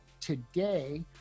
today